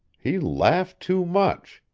he laughed too much.